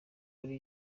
ari